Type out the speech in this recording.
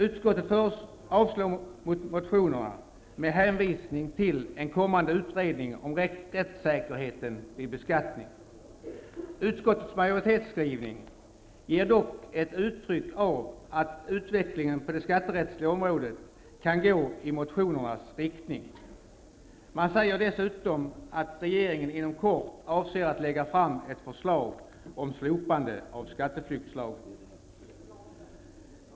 Utskottet avstyrker motionerna med hänvisning till en kommande utredning om rättssäkerheten vid beskattning. Utskottets majoritetsskrivning ger dock intryck av att utvecklingen på det skatterättsliga området kan gå i motionernas riktning. Man säger dessutom att regeringen inom kort avser att lägga fram ett förslag om slopande av skatteflyktslagen.